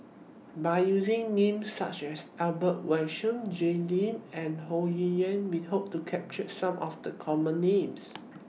By using Names such as Albert Jay Lim and Ho Yuen We Hope to capture Some of The Common Names